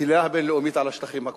הקהילה הבין-לאומית על השטחים הכבושים.